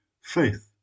faith